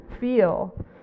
feel